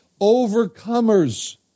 Overcomers